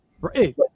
Right